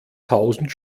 tausend